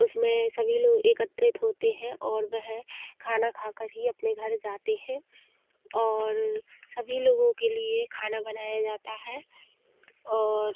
उसमें सभी लोग एकत्रित होते हैं और वह खाना खाकर ही अपने घर जाते हैं और सभी लोगों के लिए खाना बनाया जाता है और